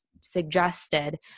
suggested